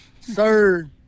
Sir